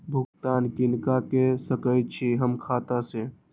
भुगतान किनका के सकै छी हम खाता से?